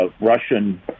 Russian